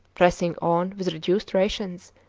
pressing on with reduced rations,